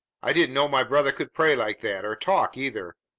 i didn't know my brother could pray like that, or talk, either.